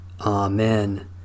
Amen